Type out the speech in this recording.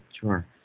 sure